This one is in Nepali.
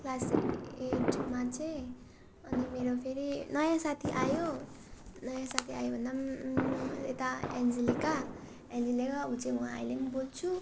क्लास एटमा चाहिँ अनि मेरो फेरि नयाँ साथी आयो नयाँ साथी आयो भन्दा पनि यता एन्जेलिका एन्जेलिका ऊ चाहिँ म अहिले पनि बोल्छु